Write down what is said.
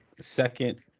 second